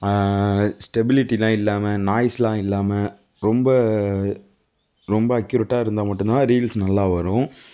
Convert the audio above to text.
ஸ்டெபிளிட்டிலாம் இல்லாமல் நாய்ஸ்லாம் இல்லாமல் ரொம்ப ரொம்ப அக்யூரட்டாக இருந்தால் மட்டும்தான் ரீல்ஸ் நல்லா வரும்